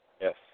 Yes